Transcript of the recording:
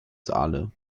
saale